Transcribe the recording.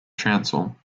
chancel